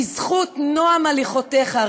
בזכות נועם הליכותיך,